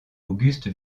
auguste